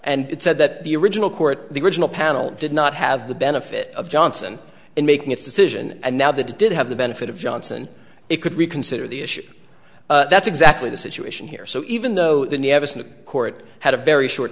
and it said that the original court the original panel did not have the benefit of johnson in making its decision and now the did have the benefit of johnson it could reconsider the issue that's exactly the situation here so even though the court had a very short